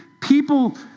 People